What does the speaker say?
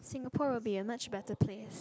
Singapore will be a much better place